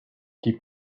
keep